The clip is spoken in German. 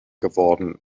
geworden